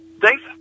Thanks